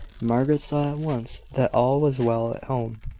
margaret saw at once that all was well at home,